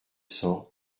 cents